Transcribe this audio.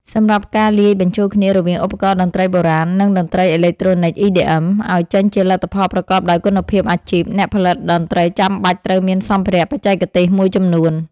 សម្រាប់ការលាយបញ្ចូលគ្នារវាងឧបករណ៍តន្ត្រីបុរាណ និងតន្ត្រីអេឡិចត្រូនិក EDM ឱ្យចេញជាលទ្ធផលប្រកបដោយគុណភាពអាជីព អ្នកផលិតតន្ត្រីចាំបាច់ត្រូវមានសម្ភារៈបច្ចេកទេសមួយចំនួន។